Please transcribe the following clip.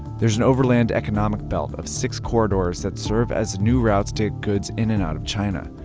there's an overland economic belt of six corridors that serves as new routes to get goods in and out of china.